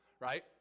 right